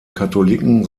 katholiken